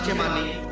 money